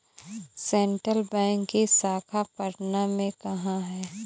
Central bank की शाखा पटना में कहाँ है?